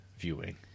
viewing